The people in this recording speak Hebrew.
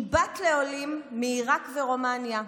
היא בת לעולים מעיראק ורומניה,